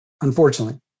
unfortunately